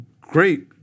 great